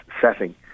setting